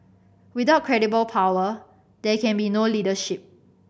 without credible power there can be no leadership